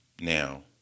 Now